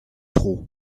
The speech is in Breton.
tro